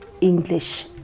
English